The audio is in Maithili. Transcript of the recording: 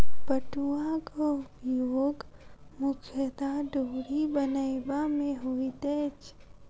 पटुआक उपयोग मुख्यतः डोरी बनयबा मे होइत अछि